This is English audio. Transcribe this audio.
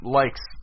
likes